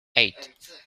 eight